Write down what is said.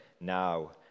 now